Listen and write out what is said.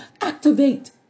activate